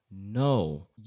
No